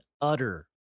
utter